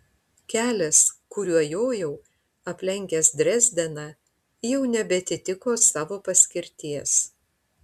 kelias kuriuo jojau aplenkęs drezdeną jau nebeatitiko savo paskirties